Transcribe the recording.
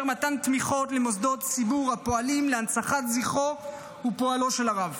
מתן תמיכות למוסדות ציבור הפועלים להנצחת זכרו ופועלו של הרב.